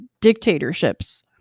dictatorships